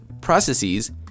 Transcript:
processes